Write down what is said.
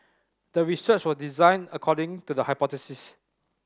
the research was designed according to the hypothesis